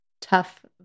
tough